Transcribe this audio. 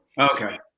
Okay